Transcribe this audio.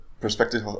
perspective